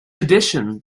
addition